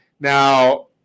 Now